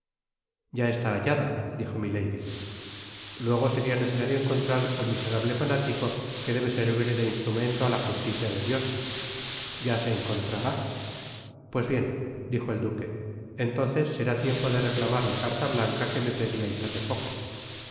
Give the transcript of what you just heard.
ya está hallada dijo milady luego seria necesario encontrar al miserable fanático que debe servir de instrumento á la justicia de dios ya se encontrará pues bien dijo el duque entonces será tiempo de reclamar la carta blanca que me pediais hace poco